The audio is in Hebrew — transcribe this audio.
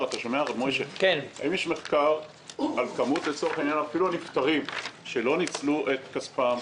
האם יש מחקר על כמות הנפטרים שלא ניצלו את כספם,